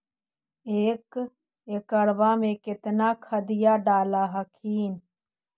एक एकड़बा मे कितना खदिया डाल हखिन?